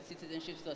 Citizenship